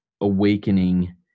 awakening